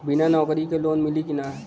बिना नौकरी के लोन मिली कि ना?